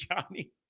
Johnny